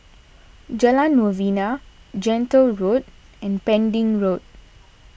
Jalan Novena Gentle Road and Pending Road